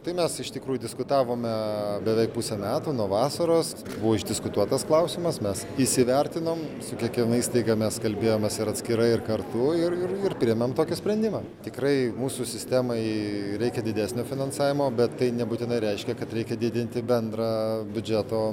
tai mes iš tikrųjų diskutavome beveik pusę metų nuo vasaros buvo išdiskutuotas klausimas mes įsivertinom su kiekviena įstaiga mes kalbėjomės ir atskirai ir kartu ir ir ir priėmėm tokį sprendimą tikrai mūsų sistemai reikia didesnio finansavimo bet tai nebūtinai reiškia kad reikia didinti bendrą biudžeto